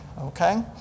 Okay